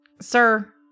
sir